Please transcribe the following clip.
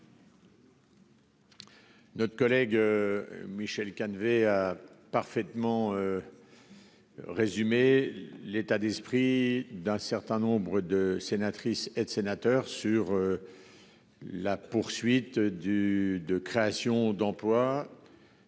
Notre collègue Michel Canévet a parfaitement résumé l'état d'esprit de beaucoup de sénatrices et de sénateurs quant à la poursuite de la création d'emplois